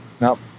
Nope